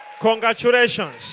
Congratulations